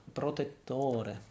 protettore